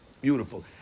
Beautiful